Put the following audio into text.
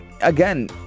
again